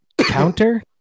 counter